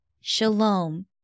Shalom